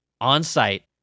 on-site